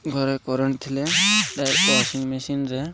ଘରେ କରେଣ୍ଟ୍ ଥିଲେ ୱାଶିଂ ମେସିନ୍ରେ